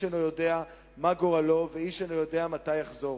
אינו יודע מה גורלו ואיש אינו יודע מתי יחזור?